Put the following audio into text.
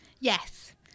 Yes